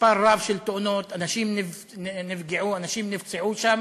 מספר רב של תאונות, אנשים נפגעו, אנשים נפצעו שם.